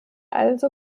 also